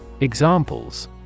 Examples